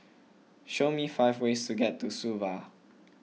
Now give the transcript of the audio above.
show me five ways to get to Suva